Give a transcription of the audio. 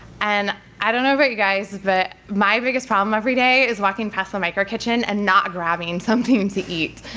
and i don't know about you guys, but my biggest problem every day is walking past the micro kitchen and not grabbing something to eat.